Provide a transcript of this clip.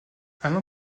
alain